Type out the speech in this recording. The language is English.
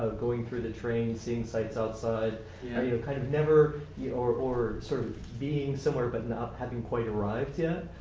going through the train, seeing sites outside yeah you know kind of never, yeah or or sort of being somewhere but not having quite arrived yet.